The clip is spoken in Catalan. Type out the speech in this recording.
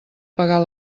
pagar